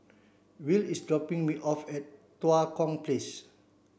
Will is dropping me off at Tua Kong Place